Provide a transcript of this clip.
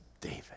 David